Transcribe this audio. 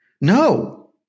No